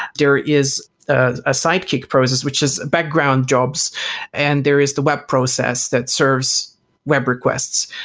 there is a sidekick process, which is background jobs and there is the web process that serves web requests.